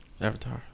Avatar